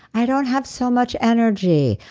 i don't have so much energy.